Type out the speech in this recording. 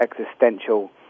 existential